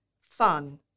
fun